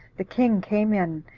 the king came in,